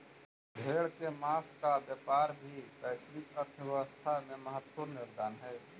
भेड़ के माँस का व्यापार भी वैश्विक अर्थव्यवस्था में महत्त्वपूर्ण योगदान हई